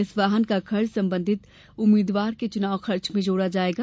इस वाहन का खर्च संबंधित उम्मीद्वार के चुनाव खर्च में जोड़ा जायेगा